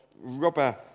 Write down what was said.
rubber